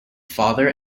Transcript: father